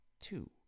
two